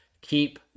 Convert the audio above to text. keep